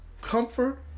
comfort